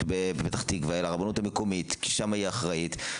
בפתח תקווה אלא הרבנות המקומית ששם היא אחראית,